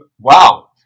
Wow